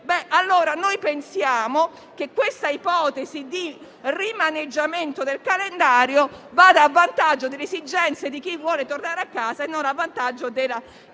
Pensiamo quindi che questa ipotesi di rimaneggiamento del calendario vada a vantaggio delle esigenze di chi vuole tornare a casa e non della